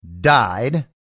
died